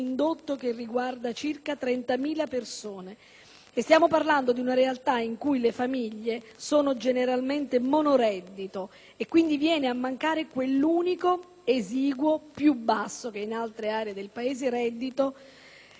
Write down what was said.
stiamo parlando di una realtà in cui le famiglie sono generalmente monoreddito. In tal caso, quindi, verrebbe a mancare l'unico esiguo - più basso che in altre aree del Paese - reddito. Se questo reddito viene a mancare, è la disperazione.